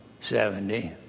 Seventy